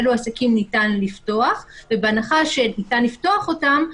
אלו עסקים ניתן לפתוח; ובהנחה שניתן לפתוח אותם,